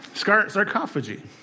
Sarcophagy